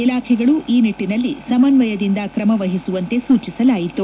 ಇಲಾಖೆಗಳು ಈ ನಿಟ್ಟಿನಲ್ಲಿ ಸಮನ್ನಯದಿಂದ ಕ್ರಮ ವಹಿಸುವಂತೆ ಸೂಚಿಸಲಾಯಿತು